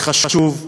זה חשוב.